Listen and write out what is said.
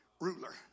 ruler